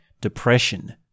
depression